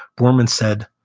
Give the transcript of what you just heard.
borman said,